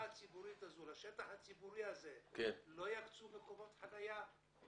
לשטח הציבורי הזה לא יקצו מקומות חניה?